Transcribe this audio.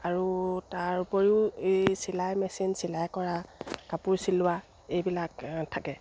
আৰু তাৰ উপৰিও এই চিলাই মেচিন চিলাই কৰা কাপোৰ চিলোৱা এইবিলাক থাকে